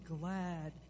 glad